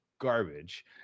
garbage